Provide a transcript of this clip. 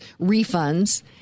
refunds